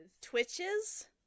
Twitches